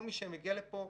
כל מי שמגיע לפה,